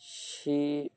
C